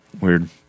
Weird